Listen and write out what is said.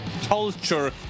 culture